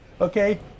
okay